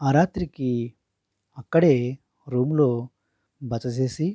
ఆ రాత్రికి అక్కడే రూమ్లో బస చేసి